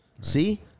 See